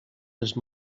les